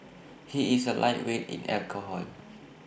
he is A lightweight in alcohol